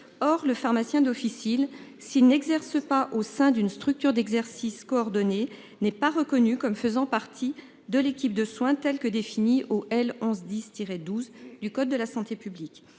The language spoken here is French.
Or le pharmacien d'officine s'n'exerce pas au sein d'une structure d'exercice coordonné n'est pas reconnue comme faisant partie de l'équipe de soins telle que définie au elle en se disent tiré 12 du code de la santé publique.